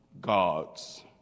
God's